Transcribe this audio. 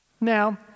Now